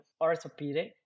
orthopedic